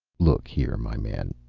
look here, my man.